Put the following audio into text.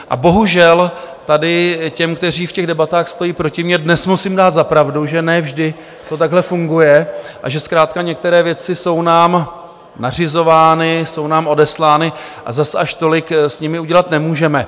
A bohužel tady těm, kteří v těch debatách stojí proti mně, dnes musím dát za pravdu, že ne vždy to takhle funguje a že zkrátka některé věci jsou nám nařizovány, jsou nám odeslány a zas až tolik s nimi udělat nemůžeme.